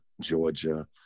Georgia